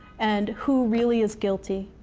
and who really is guilty,